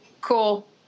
cool